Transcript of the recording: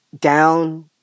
down